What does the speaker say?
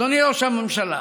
אדוני ראש הממשלה,